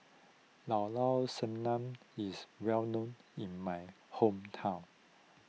Llao Llao Sanum is well known in my hometown